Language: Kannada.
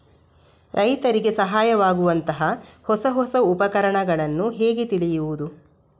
ರೈತರಿಗೆ ಸಹಾಯವಾಗುವಂತಹ ಹೊಸ ಹೊಸ ಉಪಕರಣಗಳನ್ನು ಹೇಗೆ ತಿಳಿಯುವುದು?